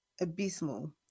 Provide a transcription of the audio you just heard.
abysmal